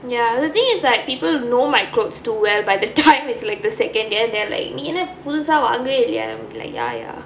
ya the thing is like people know my clothes too well by the time it's like the second year their like நீ என்னா புதுசா வாங்கவேயில்லையா:nee ennaa puthusaa vaangavaeyillaiyaa and I'm like ya ya